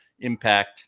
impact